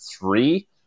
three